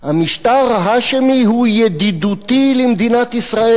המשטר ההאשמי הוא ידידותי למדינת ישראל.